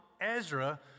Ezra